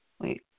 Wait